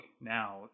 now